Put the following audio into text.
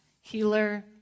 healer